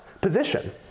position